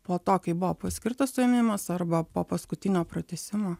po to kai buvo paskirtas suėmimas arba po paskutinio pratęsimo